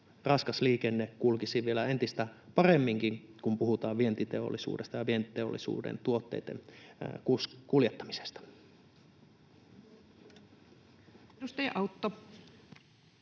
raskas liikenteemme kulkisi vielä entistäkin paremmin, kun puhutaan vientiteollisuudesta ja vientiteollisuuden tuotteitten kuljettamisesta.